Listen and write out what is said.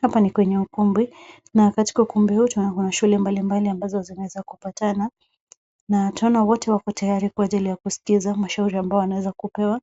Hapa ni kwenye ukumbi, na katitka ukumbi huu tunakuwa na shule mbalimbali ambazo zinaweza kupatana. Wote wako tayari kwa ajili ya kusikiliza mashauri ambao wanaweza kupewa,